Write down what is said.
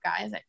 guys